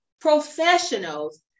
professionals